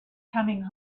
coming